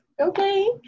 okay